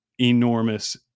enormous